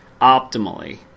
optimally